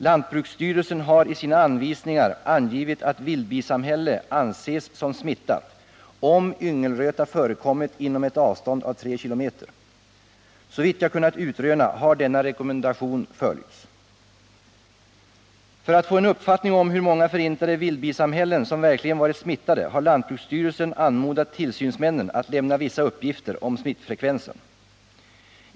Lantbruksstyrelsen har i sina anvisningar angivit att vildbisamhälle anses som smittat om yngelröta förekommit inom ett avstånd av 3 km. Såvitt jag kunnat utröna har denna rekommendation följts. För att få en uppfattning om hur många förintade vildbisamhällen som verkligen varit smittade har lantbruksstyrelsen anmodat tillsynsmännen att lämna vissa uppgifter om smittfrekvensen.